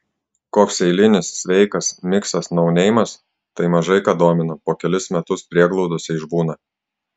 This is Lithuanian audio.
koks eilinis sveikas miksas nauneimas tai mažai ką domina po kelis metus prieglaudose išbūna